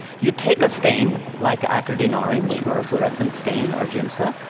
you take a stain, like acridine orange or a fluorescent stain or giemsa,